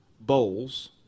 bowls